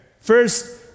First